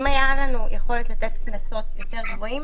אם הייתה לנו יכולת לתת קנסות גבוהים יותר,